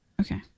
Okay